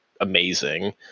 amazing